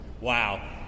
Wow